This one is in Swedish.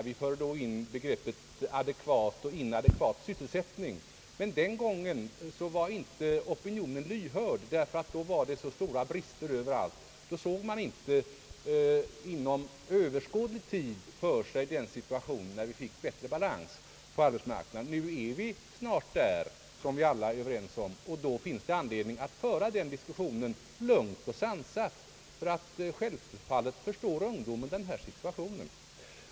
Vi förde då in begreppen adekvat och inadekvat sysselsättning. Men den gången var opinionen inte lyhörd, ty då fanns det så stora brister på arbetskraft överallt. Då såg man inte inom överskådlig tid för sig den situation, då vi skulle få bättre balans på arbetsmarknaden. Nu är vi snart där, vilket alla är överens om. Då finns det anledning att föra den diskussionen lugnt och sansat. Ty självfallet förstår ungdomen den situation som har uppkommit.